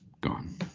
gone